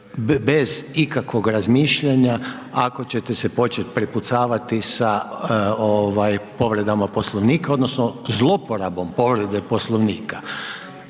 bez ikakvog razmišljanja ako ćete se početi prepucavati sa povredama Poslovnika odnosno zloporabom povrede Poslovnika.